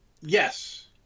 yes